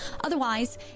Otherwise